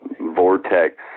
vortex